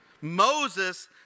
Moses